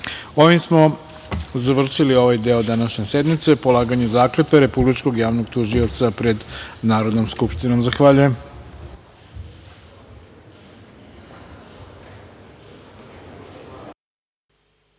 radu. Ovim smo završili ovaj deo današnje sednice polaganju zakletve Republičkog javnog tužioca pred Narodnom skupštinom. Zahvaljujem.